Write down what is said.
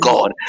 God